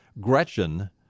Gretchen